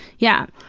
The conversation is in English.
yeah.